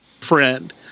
friend